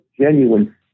genuine